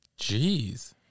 Jeez